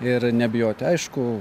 ir nebijoti aišku